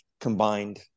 combined